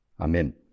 Amen